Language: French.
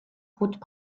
routes